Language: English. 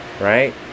Right